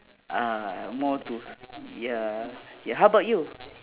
uh more to ya ya how about you